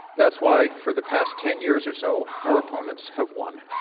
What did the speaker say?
that's why, for the past ten years or so, our opponents have won.